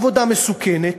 עבודה מסוכנת,